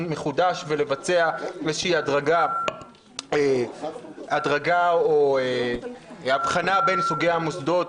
מחודש ואיזוהי הדרגה או הבחנה בין סוגי המוסדות,